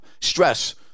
Stress